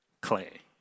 clay